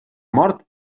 mort